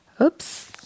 Oops